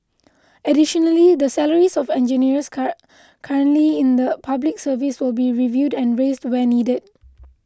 additionally the salaries of engineers cur currently in the Public Service will be reviewed and raised where needed